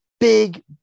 Big